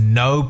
no